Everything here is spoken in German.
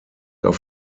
auf